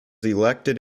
elected